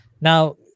Now